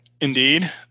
Indeed